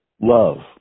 Love